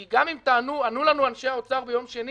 כי גם אם ענו לנו אנשי האוצר ביום שני